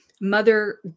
mother